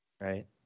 Right